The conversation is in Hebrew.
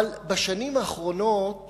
אבל בשנים האחרונות